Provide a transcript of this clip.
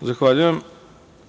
Zahvaljujem. Trenutno